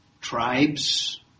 tribes